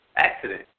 accident